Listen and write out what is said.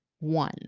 One